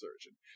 surgeon